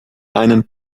einen